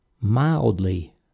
mildly